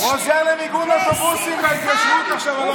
הוא עוזר למיגון אוטובוסים בהתיישבות עכשיו,